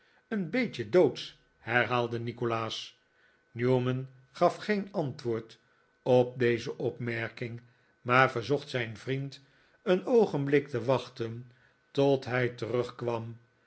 een beetje doodsch hernam nikolaas newman gaf geen antwoord op deze opmerking maar verzocht zijn vriend een oogenblik te wachten tot hij terugkwam